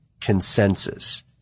consensus